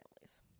families